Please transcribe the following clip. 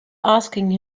asking